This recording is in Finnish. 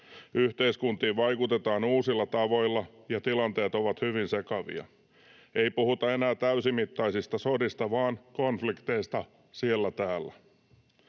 Yhteiskuntiin vaikutetaan uusilla tavoilla, ja tilanteet ovat hyvin sekavia. Ei puhuta enää täysimittaisista sodista vaan konflikteista siellä täällä.